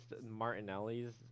Martinelli's